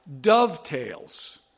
dovetails